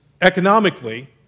economically